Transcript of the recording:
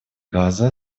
газа